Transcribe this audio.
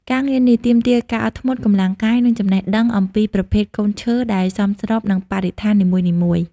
ការងារនេះទាមទារការអត់ធ្មត់ កម្លាំងកាយ និងចំណេះដឹងអំពីប្រភេទកូនឈើដែលសមស្របនឹងបរិស្ថាននីមួយៗ។